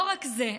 לא רק זה,